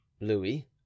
louis